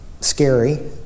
scary